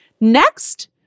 Next